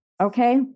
Okay